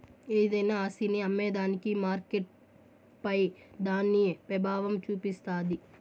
ఏదైనా ఆస్తిని అమ్మేదానికి మార్కెట్పై దాని పెబావం సూపిస్తాది